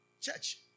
Church